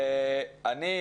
אני,